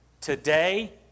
Today